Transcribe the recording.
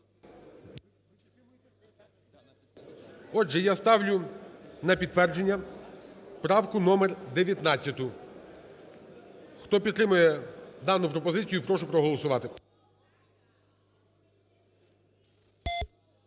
Отже, я ставлю на підтвердження правку номер 19. Хто підтримує дану пропозицію, прошу проголосувати.